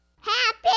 Happy